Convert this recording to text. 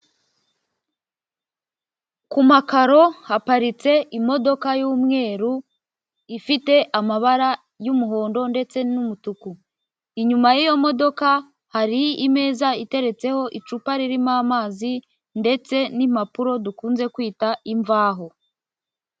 Ku makaro haparitse imodoka y'umweru, ifite amabara y'umuhondo ndetse n'umutuku. Inyuma y'iyo modoka hari imeza iteretseho icupa ririmo amazi ndetse n'impapuro, dukunze kwita imvaho.